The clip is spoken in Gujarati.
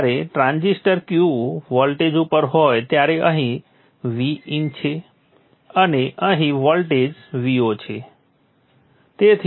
જ્યારે ટ્રાન્ઝિસ્ટ Q વોલ્ટેજ ઉપર હોય ત્યારે અહીં Vin છે અને અહીં વોલ્ટેજ Vo છે